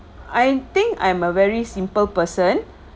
I think I'm a very simple person